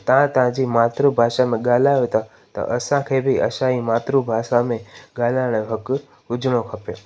तव्हां तव्हांजी मातृभाषा में ॻाल्हायो था त असांखे बि असांजी मातृभाषा में ॻाल्हाइण जो हक़ु हुजिणो खपे